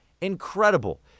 Incredible